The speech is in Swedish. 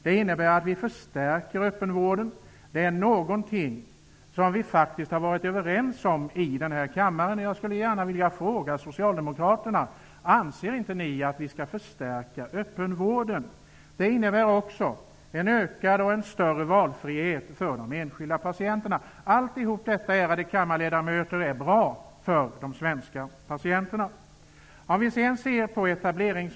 Det innebär att öppenvården förstärks. Det är någonting som vi har varit överens om i kammaren. Förslaget innebär också ökad valfrihet för de enskilda patienterna. Allt detta, ärade kammarledamöter, är bra för de svenska patienterna.